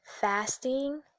fasting